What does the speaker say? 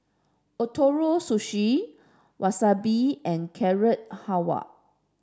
Ootoro Sushi Wasabi and Carrot Halwa